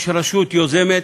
יש רשות יוזמת,